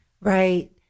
right